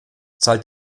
zahlt